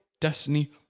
Destiny